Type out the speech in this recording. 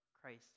Christ